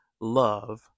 love